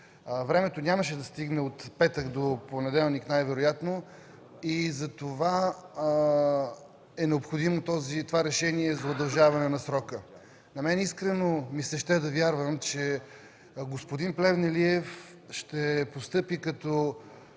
Времето от петък до понеделник нямаше да стигне и затова е необходимо това решение за удължаване на срока. На мен искрено ми се ще да вярвам, че господин Плевнелиев ще постъпи като